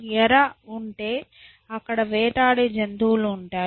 ఎర ఉంటే అక్కడ వేటాడే జాతులు ఉంటాయి